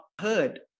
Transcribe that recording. heard